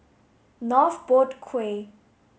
North Boat Quay